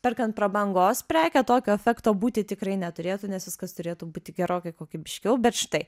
perkant prabangos prekę tokio efekto būti tikrai neturėtų nes viskas turėtų būti gerokai kokybiškiau bet štai